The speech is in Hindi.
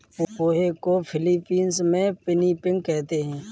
पोहे को फ़िलीपीन्स में पिनीपिग कहते हैं